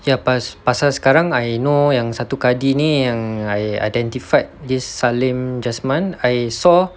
ya pasal sekarang I know yang satu kadi ni yang I identified this salim jasman I saw